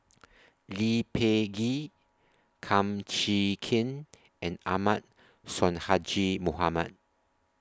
Lee Peh Gee Kum Chee Kin and Ahmad Sonhadji Mohamad